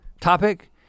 topic